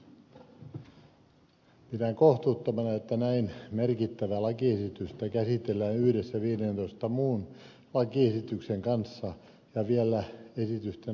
pidän kohtuuttomana että näin merkittävää lakiesitystä käsitellään yhdessä viidentoista muun lakiesityksen kanssa ja vielä esitysten loppupäässä